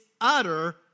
utter